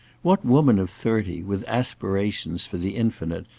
what woman of thirty, with aspirations for the infinite,